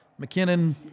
McKinnon